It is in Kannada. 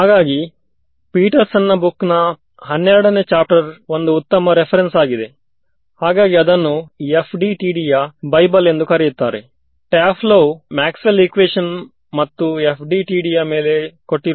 ಹೌದು ಇದೊಂದು ಒಳ್ಳೆಯ ವಿಷಯ ಹಾಗು ಬೇಸಿಸ್ ಫಂಕ್ಷನ್ ನ ಬಗ್ಗೆ ಇನ್ನೊಂದು ಆಸಕ್ತಿಯ ವಿಷಯ ಎಂದರೆ ನೀವು ಇದನ್ನು ಮಾಡಿದರೆ ನಾವು ಉಪಯೋಗಿಸಿದ ಬೇಸಿಸ್ ಫಂಕ್ಷನ್ ಗೆ ಝೀರೊ ಸಿಗುತ್ತದೆ